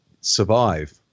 survive